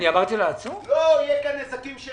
יהיו פה נזקים של